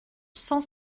cent